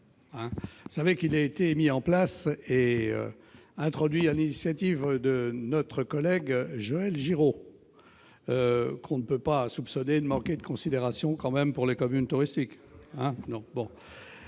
vous savez qu'il a été mis en place et introduit sur l'initiative de notre collègue député Joël Giraud, que l'on ne peut pas soupçonner de manquer de considération pour les communes touristiques.